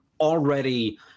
already